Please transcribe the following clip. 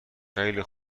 خیلی